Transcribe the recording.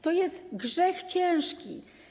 To jest grzech ciężki.